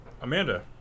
Amanda